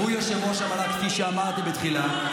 והוא יושב-ראש המל"ג, כפי שאמרתי בתחילה.